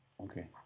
Okay